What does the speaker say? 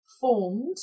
formed